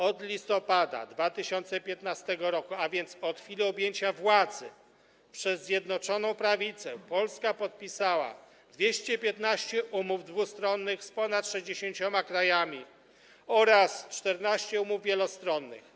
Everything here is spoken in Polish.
Od listopada 2015 r., a więc od chwili objęcia władzy przez Zjednoczoną Prawicę, Polska podpisała 215 umów dwustronnych z ponad 60 krajami oraz 14 umów wielostronnych.